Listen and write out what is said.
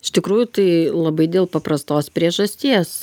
iš tikrųjų tai labai dėl paprastos priežasties